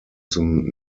zum